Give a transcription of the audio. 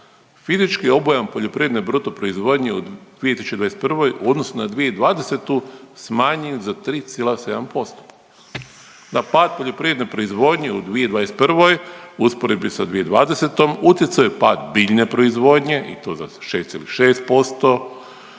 fizički obujam poljoprivredne bruto proizvodnje u 2021. u odnosu na 2020. smanjen za 3,7%. Na pad poljoprivredne proizvodnje u 2021. u usporedbi sa 2020. utjecao je pad biljne proizvodnje i to za 6,6%,